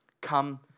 Come